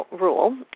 rule